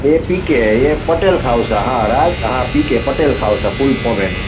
એ P K એ પટેલ ખાઉસા હા રાજ હા પીકે પટેલ ખાઉસા ફૂલ ફોમ એનું